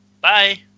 Bye